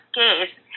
case